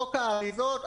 חוק האריזות,